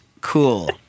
cool